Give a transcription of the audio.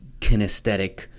kinesthetic